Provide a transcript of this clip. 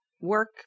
work